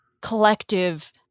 collective